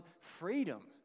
freedom